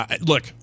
Look